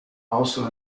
also